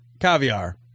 Caviar